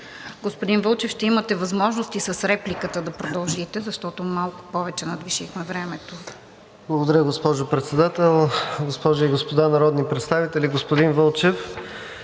Господин Вълчев, ще имате възможност и с репликата да продължите, защото малко повече надвишихме времето. МИНИСТЪР НИКОЛАЙ ДЕНКОВ: Благодаря, госпожо Председател. Госпожи и господа народни представители! Господин Вълчев,